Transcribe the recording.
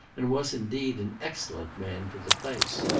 and was indeed an excellent man for the place.